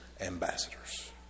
ambassadors